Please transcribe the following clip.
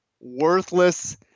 worthless